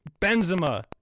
Benzema